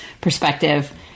perspective